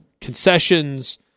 concessions